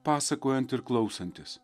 pasakojant ir klausantis